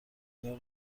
اینا